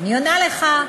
אני עונה לך.